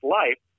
life